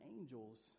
angels